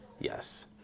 yes